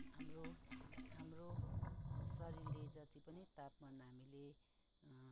हाम्रो हाम्रो शरीरले जति पनि तापमान हामीले